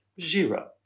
zero